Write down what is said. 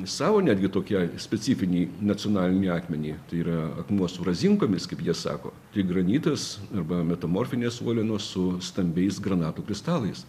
savo netgi tokią specifinį nacionalinį akmenį tai yra akmuo su razinkomis kaip jie sako tik granitas arba metamorfinės uolienos su stambiais granatų kristalais